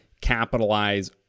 capitalize